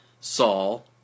Saul